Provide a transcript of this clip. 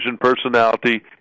personality